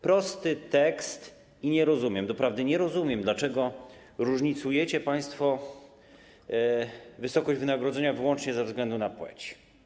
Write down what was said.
Prosty tekst i nie rozumiem, doprawdy nie rozumiem, dlaczego różnicujecie państwo wysokość wynagrodzenia wyłącznie ze względu na płeć.